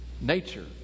nature